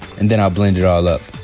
and then i'll blend it all up.